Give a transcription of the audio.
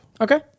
Okay